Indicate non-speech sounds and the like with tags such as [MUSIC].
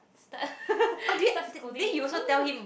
start [LAUGHS] start scolding [NOISE]